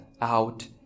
out